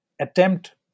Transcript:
attempt